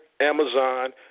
Amazon